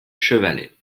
chevalets